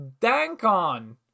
DANKON